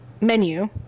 menu